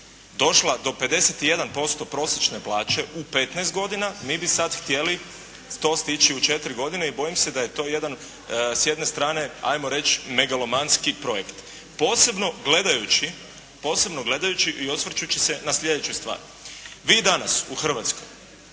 došla do 51% prosječne plaće u 15 godina mi bi sad htjeli to stići u 4 godine i bojim se da je to jedan s jedne strane ajmo reći megalomanski projekt. Posebno gledajući, posebno gledajući i osvrčući se na sljedeću stvar. Vi danas u Hrvatskoj